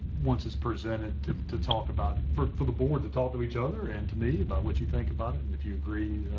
once it's presented to to talk about for for the board to talk to each other and to me about what you think about it and if you agree,